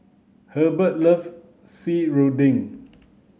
Hubbard loves serunding